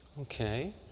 Okay